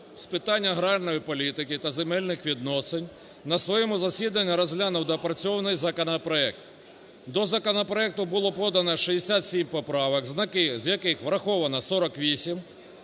з питань аграрної політики та земельних відносин на своєму засіданні розглянув доопрацьований законопроект. До законопроекту було подано 67 поправок, з яких враховано 48,